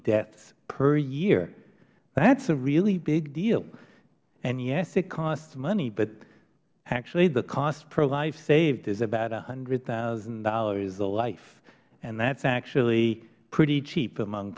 deaths per year that is a really big deal and yes it costs money but actually the cost per life saved is about one hundred thousand dollars a life and that is actually pretty cheap among